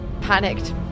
panicked